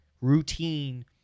routine